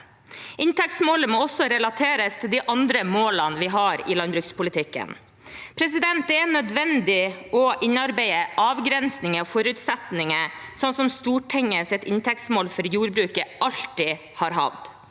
Inntektsmålet må også relateres til de andre målene i landbrukspolitikken. Det er nødvendig å innarbeide avgrensninger og forutsetninger, som Stortingets inntektsmål for jordbruket alltid har hatt